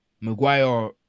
Maguire